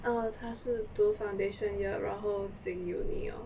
err 他是读 foundation year 然后进 uni lor